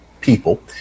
people